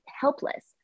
helpless